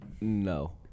No